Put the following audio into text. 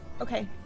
Okay